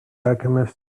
alchemist